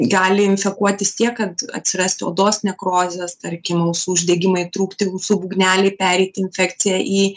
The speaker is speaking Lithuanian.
gali infekuotis tiek kad atsirasti odos nekrozės tarkim ausų uždegimai trūkti ausų būgneliai pereiti infekcija į